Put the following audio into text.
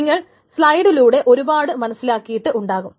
നിങ്ങൾ സ്ലൈസിലൂടെ ഒരുപാട് മനസ്സിലാക്കിയിട്ട് ഉണ്ടാകും